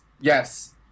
yes